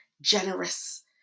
generous